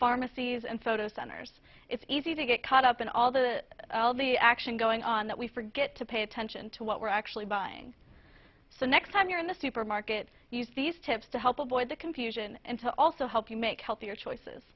pharmacies and photo centers it's easy to get caught up in all the all the action going on that we forget to pay attention to what we're actually buying so next time you're in the supermarket use these tips to help avoid the confusion and to also help you make healthier choices